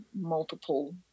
multiple